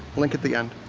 link at the end.